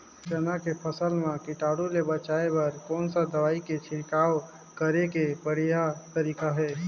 चाना के फसल मा कीटाणु ले बचाय बर कोन सा दवाई के छिड़काव करे के बढ़िया तरीका हे?